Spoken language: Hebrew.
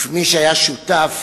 וכמי שהיה שותף,